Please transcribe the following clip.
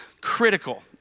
critical